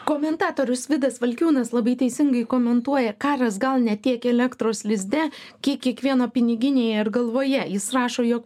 komentatorius vidas valkiūnas labai teisingai komentuoja karas gal ne tiek elektros lizde kiek kiekvieno piniginėje ir galvoje jis rašo jog